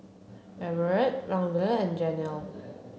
Everette Laverne and Janel